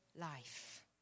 life